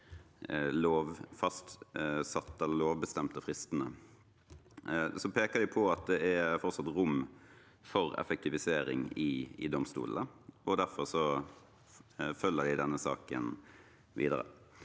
lovbestemte fristene. De peker på at det fortsatt er rom for effektivisering i domstolene, og derfor følger de denne saken videre.